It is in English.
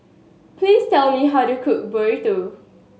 please tell me how to cook Burrito